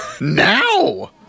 Now